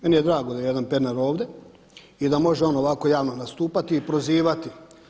Meni je drago da je jedan Pernar ovdje i da može on ovako javno postupati i prozivati.